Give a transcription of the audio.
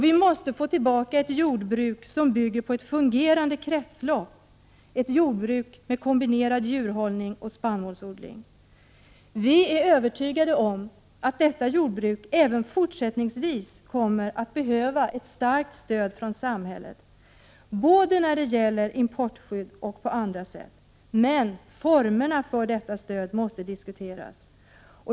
Vi måste få tillbaka ett jordbruk som bygger på ett fungerande kretslopp, ett jordbruk med kombinerad djurhållning och spannmålsodling. Vi är övertygade om att detta jordbruk även fortsättningsvis kommer att behöva ett starkt stöd från samhället både när det gäller importskydd och på andra sätt. Men formerna för detta stöd måste diskuteras.